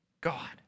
God